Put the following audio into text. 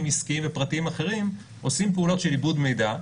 עסקיים ופרטיים אחרים עושים פעולות של עיבוד מידע,